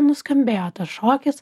nuskambėjo tas šokis